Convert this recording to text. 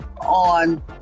on